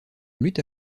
lutte